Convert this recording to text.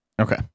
Okay